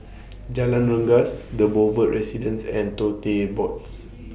Jalan Rengas The Boulevard Residence and Tote Boards